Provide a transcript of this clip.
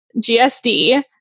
GSD